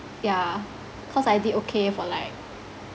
yeah cause I did okay for like